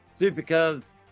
Supercars